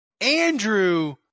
Andrew